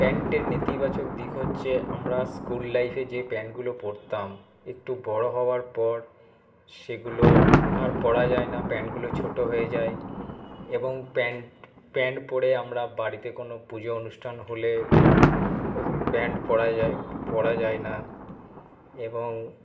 প্যান্টের নেতিবাচক দিক হচ্ছে আমরা স্কুল লাইফে যে প্যান্টগুলো পরতাম একটু বড়ো হওয়ার পর সেগুলো আর পরা যায় না প্যান্টগুলো ছোটো হয়ে যায় এবং প্যান্ট প্যান্ট পরে আমরা বাড়িতে কোনো পুজো অনুষ্ঠান হলে প্যান্ট পরা যায় পরা যায় না এবং